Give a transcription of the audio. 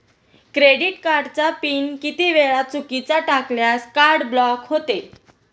Credit कार्डचा pin किती वेळा चुकीचा टाकल्यास कार्ड ब्लॉक होते?